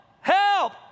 Help